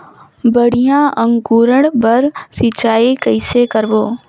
बढ़िया अंकुरण बर सिंचाई कइसे करबो?